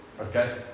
Okay